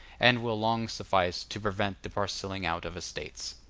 and will long suffice, to prevent the parcelling out of estates.